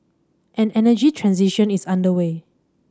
an energy transition is underway